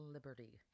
Liberty